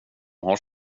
har